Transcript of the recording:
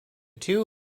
two